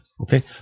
Okay